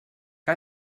que